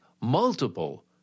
multiple